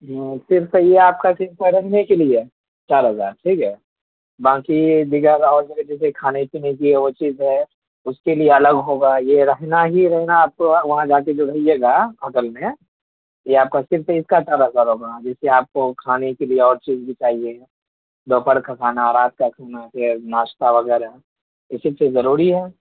جی ہاں صرف یہ آپ کا صرف رہنے کے لیے چار ہزار ٹھیک ہے باقی دیگر اور جیسے کھانے پینے کی وہ چیز ہے اس کے لیے الگ ہوگا یہ رہنا ہی رہنا آپ کو وہاں جا کے جو رہیے گا ہوٹل میں یہ آپ کا صرف اس کا چار ہزار ہوگا جیسے آپ کو کھانے کے لیے اور چیز بھی چاہیے گا دوپہر کا کھانا رات کا کھانا پھر ناشتہ وغیرہ یہ سب چیز ضروری ہے